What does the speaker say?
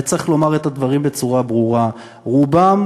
וצריך לומר את הדברים בצורה ברורה: רובם